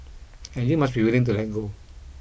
and you must be willing to let go